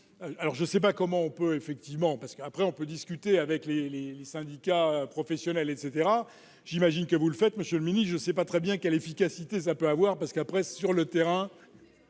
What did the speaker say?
alors je sais pas comment on peut effectivement parce qu'après on peut discuter avec les, les, les syndicats professionnels, etc, j'imagine que vous le faites, monsieur le mini-je ne sais pas très bien quelle efficacité ça peut avoir parce qu'après, sur le terrain,